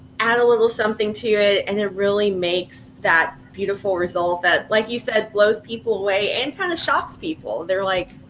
add a little something to it and it really makes that beautiful result that, like you said, blows people away and kinda kind of shocks people. they're like,